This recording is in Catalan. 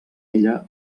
ella